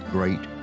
Great